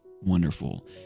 wonderful